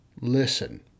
listen